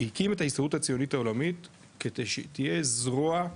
הקים את ההסתדרות הציונית העולמית כדי שתהיה זרוע,